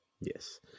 Yes